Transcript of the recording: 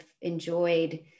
enjoyed